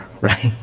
right